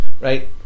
right